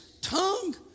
tongue